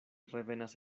revenas